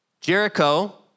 Jericho